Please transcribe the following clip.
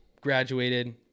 graduated